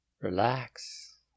Relax